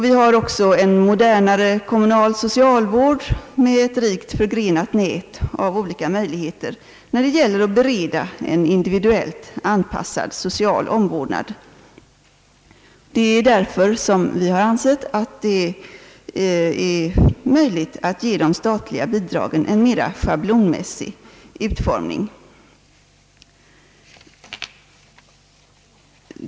Vi har också en modernare kommunal socialvård med ett rikt förgrenat nät av olika möjligheter när det gäller att bereda en individuellt anpassad social omvårdnad. Därför har vi ansett det möjligt att ge de statliga bidragen en mera schablonmässig utformning.